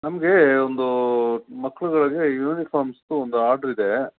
ನಮಗೆ ಒಂದು ಮಕ್ಳುಗಳಿಗೆ ಯೂನಿಫಾಮ್ಸ್ದು ಒಂದು ಆರ್ಡ್ರ್ ಇದೆ